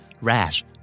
Rash